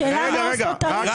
השאלה מה עושות ערים